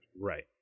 right